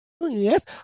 yes